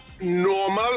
normal